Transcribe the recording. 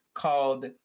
called